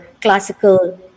classical